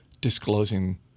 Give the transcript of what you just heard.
disclosing